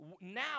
Now